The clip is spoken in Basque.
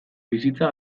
bizitza